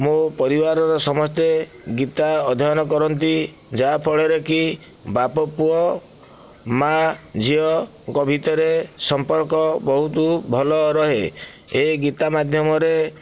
ମୋ ପରିବାରର ସମସ୍ତେ ଗୀତା ଅଧ୍ୟୟନ କରନ୍ତି ଯାଫଳରେ କି ବାପ ପୁଅ ମା ଝିଅଙ୍କ ଭିତରେ ସମ୍ପର୍କ ବହୁତ ଭଲ ରହେ ଏ ଗୀତା ମାଧ୍ୟମରେ